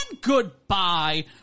goodbye